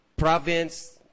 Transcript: province